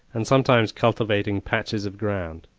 and sometimes cultivating patches of ground.